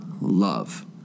love